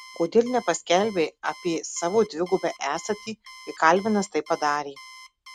kodėl nepaskelbei apie savo dvigubą esatį kai kalvinas tai padarė